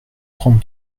trente